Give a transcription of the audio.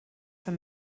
for